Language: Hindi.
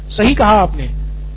नितिन कुरियन सही कहा आपने